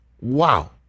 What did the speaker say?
Wow